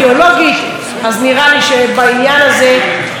אז נראה לי שבעניין הזה תסכים איתי שהחיים